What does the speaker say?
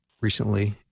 recently